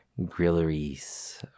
grilleries